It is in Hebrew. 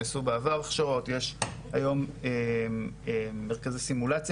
נעשו בעבר הכשרות ויש מרכזי סימולציה